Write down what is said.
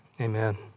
Amen